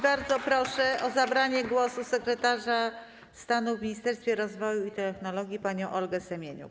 Bardzo proszę o zabranie głosu sekretarz stanu w Ministerstwie Rozwoju i Technologii panią Olgę Semeniuk.